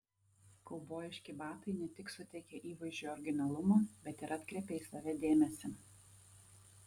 kaubojiški batai ne tik suteikia įvaizdžiui originalumo bet ir atkreipia į save dėmesį